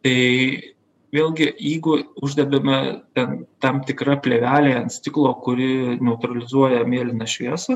tai vėlgi jeigu uždedame ten tam tikra plėvelė ant stiklo kuri neutralizuoja mėlyną šviesą